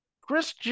Chris